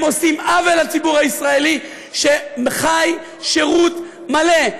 הם עושים עוול לציבור הישראלי שחי שירות מלא,